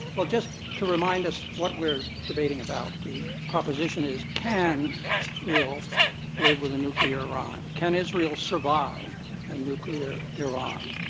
well, just to remind us what we're debating about. the proposition is, can israel live with a nuclear iran, can israel survive a nuclear iran.